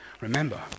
remember